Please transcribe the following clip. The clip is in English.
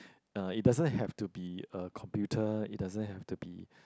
uh it doesn't have to be a computer it doesn't have to be